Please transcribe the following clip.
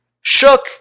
Shook